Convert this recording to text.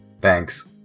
Thanks